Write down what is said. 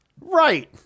Right